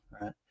Right